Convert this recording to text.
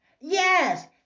Yes